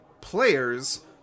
player's